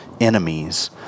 enemies